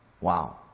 Wow